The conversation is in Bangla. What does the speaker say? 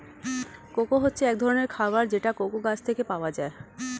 কোকো হচ্ছে এক ধরনের খাবার যেটা কোকো গাছ থেকে পাওয়া যায়